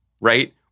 right